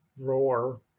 roar